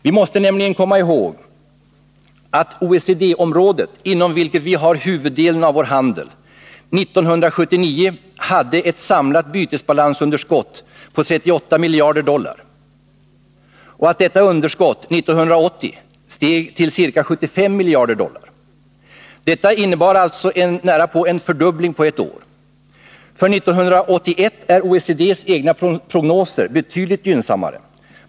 Vi måste nämligen komma ihåg att OECD-området, inom vilket vi har huvuddelen av vår handel, 1979 hade ett samlat bytesbalansunderskott på 38 miljarder dollar och att detta underskott 1980 steg till ca 75 miljarder dollar. Detta innebär alltså närapå en fördubbling på ett år. För 1981 är OECD:s egna prognoser betydligt gynnsammare.